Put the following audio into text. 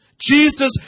Jesus